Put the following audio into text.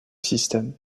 système